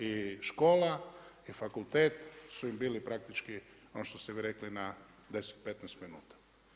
I kola i fakultet su im bili praktički, ono što ste vi rekli, na 10, 15 minuta.